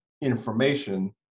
information